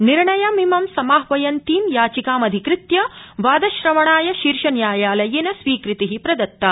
निर्णयमिमं समाहवयन्तीम् याचिकामधिकृत्य वादश्रवणाय शीर्षन्यायालयेन स्वीकृति प्रदत्ता